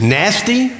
nasty